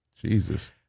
Jesus